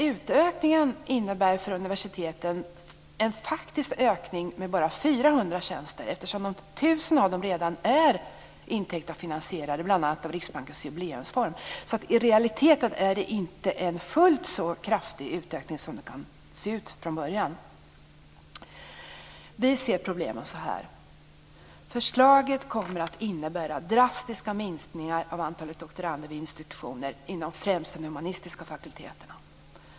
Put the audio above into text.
Utökningen innebär för universiteten en faktisk ökning med 400 tjänster. 1 000 av dem är redan intecknade och finansierade av bl.a. Riksbankens Jubileumsfond. I realiteten är det inte en fullt så kraftig utökning som det har sett ut från början. Vi ser problemen så här. Förslaget kommer att innebära drastiska minskningar av antalet doktorander vid institutioner inom främst de humanistiska fakulteterna.